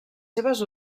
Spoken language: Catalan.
seves